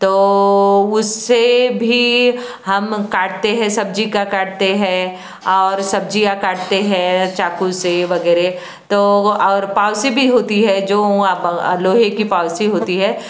तो उससे भी हम काटते है सब्जी का काटते है और सब्जियां काटते है चाकू से वगैरह तो वो और पाउसिप भी होती है जो आप लोहे की पाउसिप होती है